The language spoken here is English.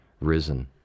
risen